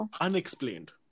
Unexplained